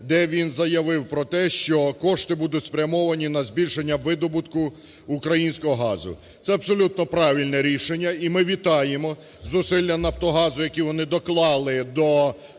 де він заявив про те, що кошти будуть спрямовані на збільшення видобутку українського газу. Це абсолютно правильне рішення і ми вітаємо зусилля "Нафтогазу", які вони доклали до того,